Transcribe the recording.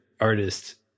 artist